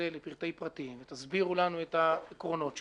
לפרטי פרטים ותסבירו לנו את העקרונות שלו,